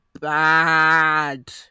bad